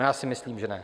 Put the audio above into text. Já si myslím, že ne.